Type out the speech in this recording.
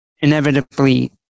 inevitably